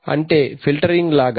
అంటే ఫిల్టరింగ్ లాగా